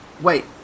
wait